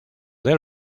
del